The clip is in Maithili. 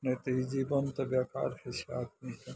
नहि तऽ ई जीवन तऽ बेकार होइ छै आदमीके